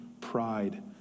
pride